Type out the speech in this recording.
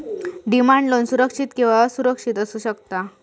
demand loan सुरक्षित किंवा असुरक्षित असू शकता